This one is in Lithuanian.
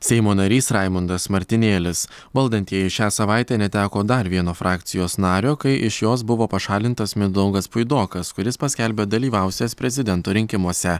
seimo narys raimundas martinėlis valdantieji šią savaitę neteko dar vieno frakcijos nario kai iš jos buvo pašalintas mindaugas puidokas kuris paskelbė dalyvausiąs prezidento rinkimuose